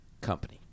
company